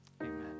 Amen